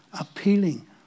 appealing